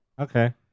Okay